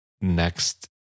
next